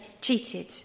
cheated